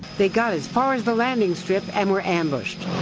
they got as far as the landing strip and were ambushed.